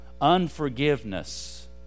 Unforgiveness